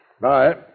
Bye